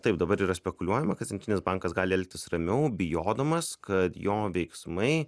taip dabar yra spekuliuojama kad centrinis bankas gali elgtis ramiau bijodamas kad jo veiksmai